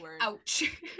ouch